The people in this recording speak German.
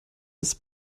des